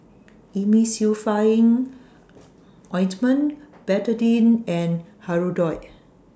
Emulsying Ointment Betadine and Hirudoid